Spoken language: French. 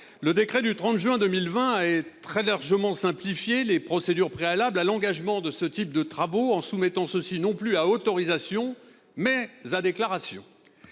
Le décret du 30 juin 2020 a très largement simplifié les procédures préalables à l'engagement de ce type de travaux, en soumettant ceux-ci non plus à autorisation, mais à déclaration.